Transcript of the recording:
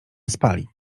spali